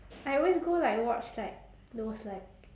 I always go like watch like those like